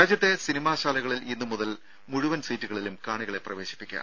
രാജ്യത്തെ സിനിമാ ശാലകളിൽ ഇന്നു മുതൽ മുഴുവൻ സീറ്റുകളിലും കാണികളെ പ്രവേശിപ്പിക്കാം